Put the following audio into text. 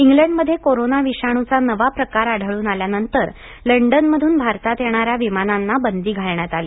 इंग्लंडमध्ये कोरोना विषाणूचा नवा प्रकार आढळून आल्यानंतर लंडनमधून भारतात येणाऱ्या विमानांना बंदी घालण्यात आली